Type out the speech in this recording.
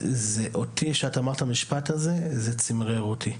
אותי כשאת אמרת את המשפט הזה, זה צימרר אותי.